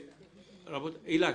אילן,